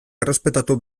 errespetatu